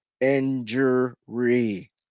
injury